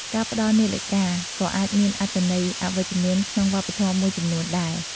ការផ្តល់នាឡិកាក៏អាចមានអត្ថន័យអវិជ្ជមានក្នុងវប្បធម៌មួយចំនួនដែរ។